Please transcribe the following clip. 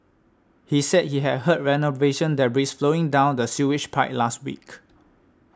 he said he had heard renovation that debris flowing down the sewage pipe last week